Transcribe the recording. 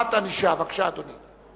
ענישה), התש"ע 2009, בבקשה, אדוני.